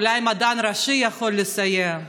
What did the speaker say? אולי המדען הראשי יכול לסייע.